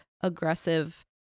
aggressive